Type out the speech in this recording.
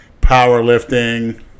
powerlifting